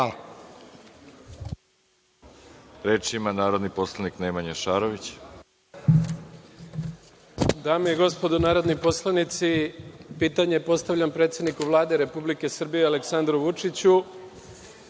Nemanja Šarović. **Nemanja Šarović** Dame i gospodo narodni poslanici, pitanje postavljam predsednicu Vlade Republike Srbije Aleksandru Vučiću,